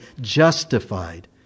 justified